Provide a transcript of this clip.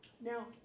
now